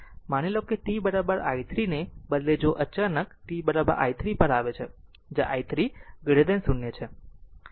માની લોt i 3 ને બદલે જો અચાનક ફેરફાર t i 3 પર આવે છે જ્યાં i 3 0 છે